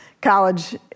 college